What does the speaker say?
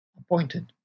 appointed